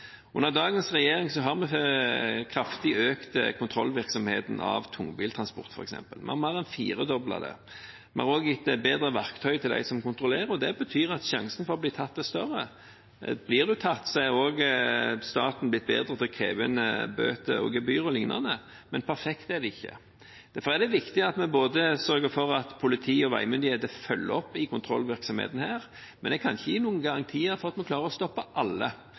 Under dagens regjering har vi økt kraftig kontrollvirksomheten av tungbiltransporten, f.eks. Vi har mer enn firedoblet den. Vi har også gitt bedre verktøy til dem som kontrollerer, og det betyr at sjansen for å bli tatt er større. Blir en tatt, er staten også blitt bedre til å kreve inn bøter, gebyrer o.l. , men perfekt er det ikke. Derfor er det viktig at vi sørger for at både politi og veimyndigheter følger opp kontrollvirksomheten her, men jeg kan ikke gi noen garantier for at vi klarer å stoppe alle.